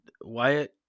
Wyatt